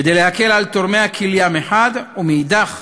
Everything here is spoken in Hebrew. כדי להקל על תורמי הכליה מחד גיסא, ומאידך